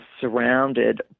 surrounded